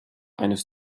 eines